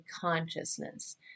consciousness